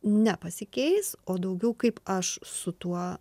nepasikeis o daugiau kaip aš su tuo